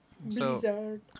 Blizzard